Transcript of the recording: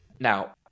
now